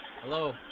Hello